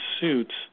suits